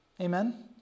Amen